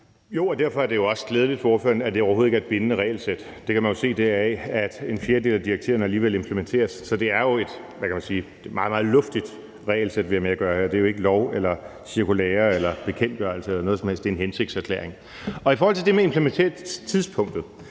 Jo, og derfor er det også glædeligt for ordføreren, at det overhovedet ikke er et bindende regelsæt. Det kan man jo se deraf, at en fjerdedel af direktiverne alligevel implementeres. Så det er et – hvad kan man sige – meget, meget luftigt regelsæt, vi har med at gøre her. Det er jo ikke lov eller cirkulære eller bekendtgørelse eller noget som helst; det er en hensigtserklæring. I forhold til det med implementeringstidspunktet